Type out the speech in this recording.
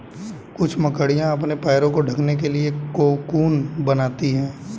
कुछ मकड़ियाँ अपने पैरों को ढकने के लिए कोकून बनाती हैं